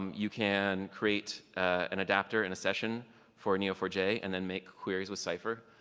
you can create an adaptor in a session for n e o four j and then make queries with cypher.